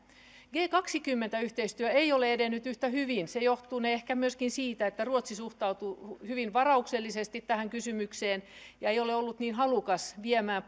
g kaksikymmentä yhteistyö ei ole edennyt yhtä hyvin se johtunee ehkä myöskin siitä että ruotsi suhtautuu hyvin varauksellisesti tähän kysymykseen eikä ole ollut niin halukas viemään